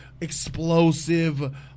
explosive